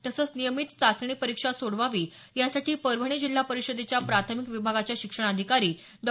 तसंच नियमीत चाचणी परीक्षा सोडवावी यासाठी परभणी जिल्हा परिषदेच्या प्राथमिक विभागाच्या शिक्षणाधिकारी डॉ